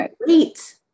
great